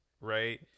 right